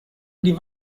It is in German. die